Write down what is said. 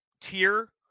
tier